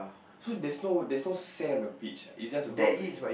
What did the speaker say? so there's no there's no sand on the beach is just rocks only